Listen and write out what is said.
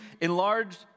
enlarged